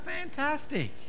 fantastic